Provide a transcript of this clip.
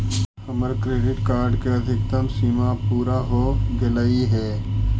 हमर credit card के अधिकतम सीमा पूरा हो गेलई हे